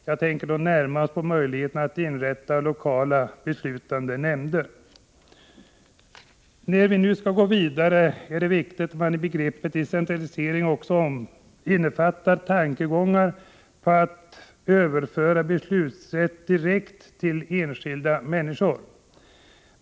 Jag tänker då närmast på möjligheten att inrätta lokala beslutande nämnder. När vi nu skall gå vidare är det viktigt att man i begreppet decentralisering också innefattar tankar på att överföra beslutanderätten direkt till de enskilda människorna.